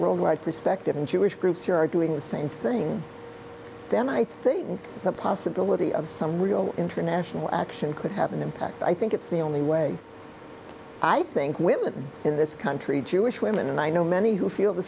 worldwide perspective and jewish groups who are doing the same thing then i think the possibility of some real international action could have an impact i think it's the only way i think women in this country jewish women and i know many who feel the